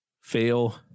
fail